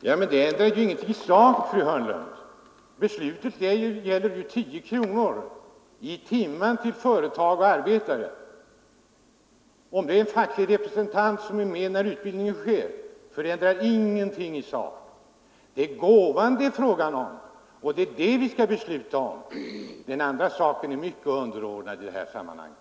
Fru talman! Det ändrar ingenting i sak, fru Hörnlund. Frågan gäller de tio kronorna till företagen per arbetare och timme. Om en facklig representant är med om att fatta beslut beträffande utbildningen förändrar ingenting i sak. Det är denna gåva vi skall besluta om. Utbildningsfrågan är av underordnad betydelse i sammanhanget.